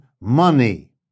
money